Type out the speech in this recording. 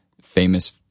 famous